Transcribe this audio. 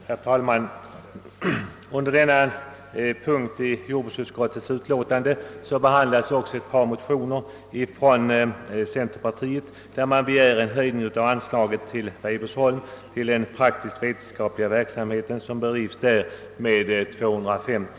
Herr talman! Under denna punkt i jordbruksutskottets utlåtande behandlas också ett par motioner där det begärs en höjning med 205 000 kronor av anslaget till den praktiskt vetenskapliga verksamhet som bedrivs vid Weibullsholm.